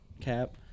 cap